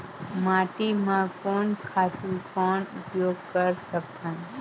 माटी म कोन खातु कौन उपयोग कर सकथन?